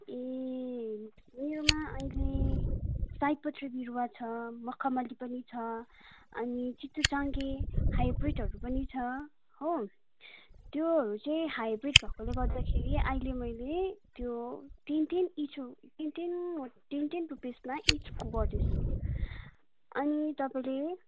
ए मेरोमा अहिले सयपत्री बिरुवा छ मखमली पनि छ अनि चुतुचाङ्गे हाइब्रिडहरू पनि छ हो त्योहरू चाहिँ हाइब्रिड भएकोले गर्दाखेरि अहिले मैले त्यो तिन तिन इचु तिन तिनवटा तिन तिन रुपिसमा इचको गर्दैछु अनि तपाईँले